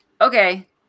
Okay